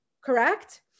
Correct